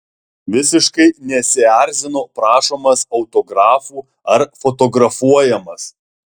visiškai nesierzino prašomas autografų ar fotografuojamas